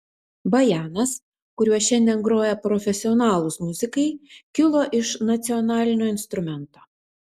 bajanas kuriuo šiandien groja profesionalūs muzikai kilo iš nacionalinio instrumento